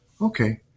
Okay